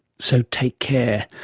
so, take care.